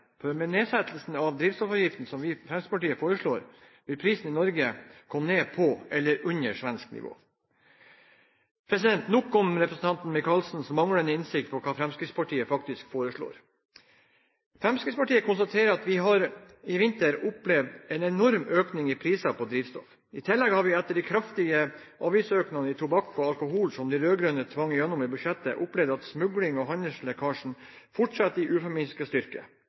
for med en nedsettelse av drivstoffavgiftene, som Fremskrittspartiet foreslår, vil prisen i Norge komme ned på eller under svensk nivå. Nok om representanten Micaelsens manglende innsikt i hva Fremskrittspartiet faktisk foreslår. Fremskrittspartiet konstaterer at vi i vinter har opplevd en enorm økning i prisene på drivstoff. I tillegg har vi etter de kraftige avgiftsøkningene på tobakk og alkohol som de rød-grønne tvang igjennom i budsjettet, opplevd at smugling og handelslekkasjen fortsetter med uforminsket styrke.